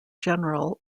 general